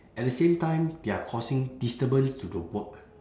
at the same time they are causing disturbance to the work